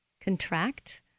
contract